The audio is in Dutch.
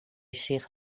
zich